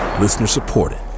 Listener-supported